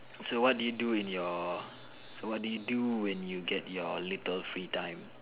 so what do you do in your so what do you do when you get your little free time